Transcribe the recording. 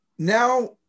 now